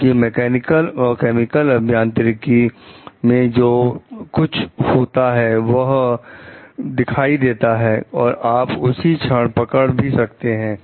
क्योंकि मैकेनिकल और केमिकल अभियांत्रिकी भेजो कुछ होता है वह दिखाई देता है और आप उसी क्षण पकड़ भी सकते हैं